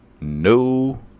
No